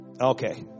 Okay